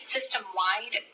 System-wide